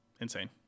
insane